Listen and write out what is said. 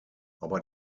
aber